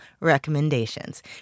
recommendations